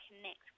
connect